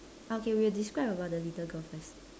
okay we'll describe about the little girl first